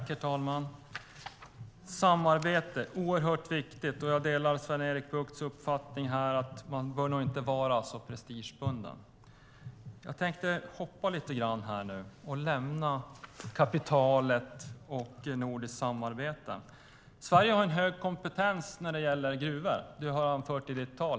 Herr talman! Samarbete är oerhört viktigt. Jag delar Sven-Erik Buchts uppfattning att man nog inte bör vara så prestigebunden. Jag tänkte hoppa lite grann och lämna kapitalet och nordiskt samarbete. Sverige har en hög kompetens när det gäller gruvor. Det har du anfört i ditt tal.